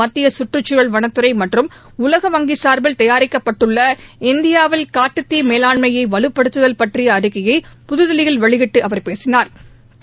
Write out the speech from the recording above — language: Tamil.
மத்திய கற்றுச்சூழல் வனத்துறை மற்றும் உலக வங்கி சார்பில் தயாரிக்கப்பட்டுள்ள இந்தியாவில் காட்டுத்தீ மேலாண்மைய வலுப்படுத்துதல் பற்றிய அறிக்கையை புதுதில்லியில் வெளியிட்டு அவர் பேசினா்